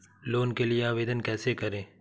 Loan के लिए आवेदन कैसे करें?